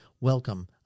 Welcome